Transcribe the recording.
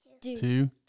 two